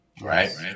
Right